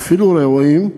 ואפילו רעועים,